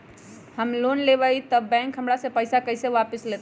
हम लोन लेलेबाई तब बैंक हमरा से पैसा कइसे वापिस लेतई?